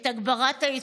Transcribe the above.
את הגברת הייצור